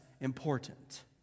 important